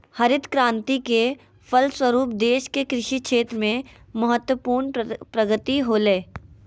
हरित क्रान्ति के फलस्वरूप देश के कृषि क्षेत्र में महत्वपूर्ण प्रगति होलय